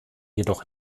jedoch